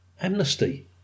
Amnesty